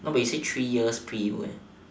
no but you say three years pre U